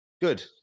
good